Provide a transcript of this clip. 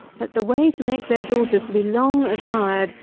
that the way to make their daughters to be long admired,